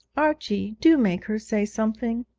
archie, do make her say something